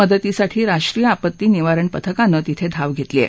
मदतीसाठी राष्ट्रीय आपत्ती निवारण पथकानं तिथं धाव घेतली आहे